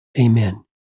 Amen